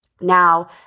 Now